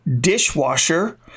dishwasher